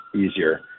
easier